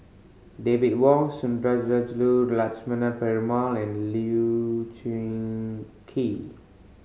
David Wong Sundarajulu Lakshmana Perumal and Lee Choon Kee